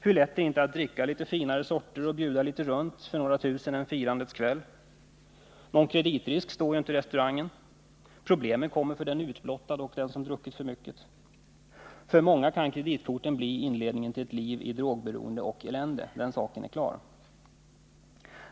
Hur lätt är det inte att dricka litet finare sorter och bjuda litet runt för några tusen kronor en firandets kväll! Någon kreditrisk står ju inte restaurangen. Problemen kommer för den utblottade som druckit för mycket. För många kan kreditkorten bli inledningen till ett liv i drogberoende och elände. Den saken är klar.